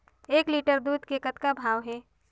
एक लिटर दूध के कतका भाव हे?